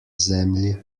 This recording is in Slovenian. zemlji